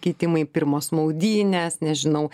keitimai pirmos maudynės nežinau